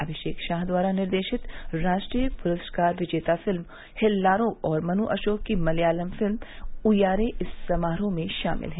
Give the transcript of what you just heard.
अभिषेक शाह द्वारा निर्देशित राष्ट्रीय पुरस्कार विजेता फिल्म हेल्लारो और मनु अशोक की मलयालम् फिल्म उयारे इस समारोह में शामिल हैं